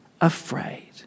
afraid